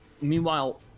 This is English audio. Meanwhile